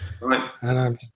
Right